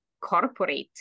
corporate